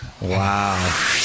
Wow